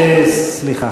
תסלחי לי.